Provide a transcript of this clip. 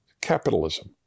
Capitalism